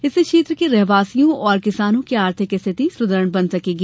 इससे क्षेत्र के रहवासियों एवं किसानों की आर्थिक स्थिति सुदृढ़ बन सकेगी